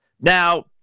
Now